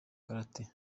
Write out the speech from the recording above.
karate